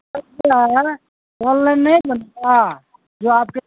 on line نہیں بنتا جو آپ کے